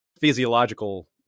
physiological